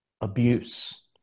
abuse